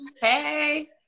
Hey